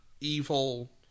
evil